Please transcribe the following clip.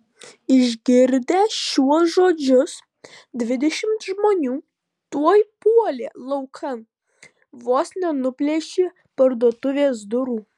išgirdę šiuos žodžius dvidešimt žmonių tuoj puolė laukan vos nenuplėšė parduotuvės durų